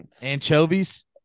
Anchovies